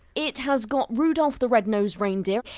it has got rudolf the red nose reindeer,